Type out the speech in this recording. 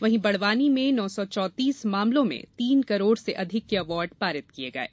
वहीं बड़वानी में नौ सौ चौतीस मामलों में तीन करोड़ से अधिक के अवार्ड पारित किये गये